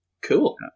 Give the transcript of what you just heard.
Cool